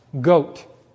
goat